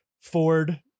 Ford